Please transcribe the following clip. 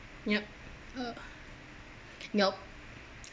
yup uh nope